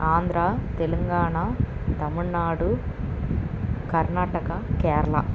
Andhra Telangana Tamil Nadu Karnataka Kerala